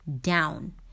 down